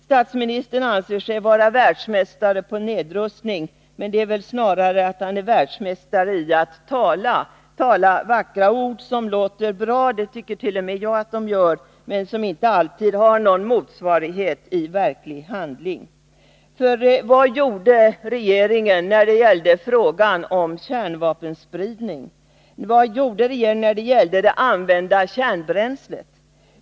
Statsministern anser sig vara världsmästare på nedrustning, men det är snarare så att han är världsmästare i att tala — tala vackra ord som låter bra, det tycker t.o.m. jag, men som inte alltid har någon motsvarighet i verklig handling. För vad gjorde regeringen när det gällde kärnvapenspridning? Vad gjorde regeringen när det gällde det använda kärnbränslet?